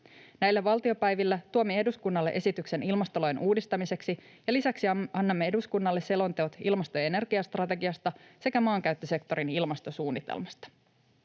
Näillä valtiopäivillä tuomme eduskunnalle esityksen ilmastolain uudistamiseksi ja lisäksi annamme eduskunnalle selonteot ilmasto‑ ja energiastrategiasta sekä maankäyttösektorin ilmastosuunnitelmasta.